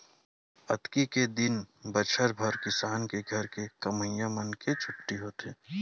अक्ती के दिन बछर भर किसान के घर के कमइया मन के छुट्टी होथे